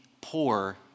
poor